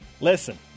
Listen